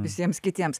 visiems kitiems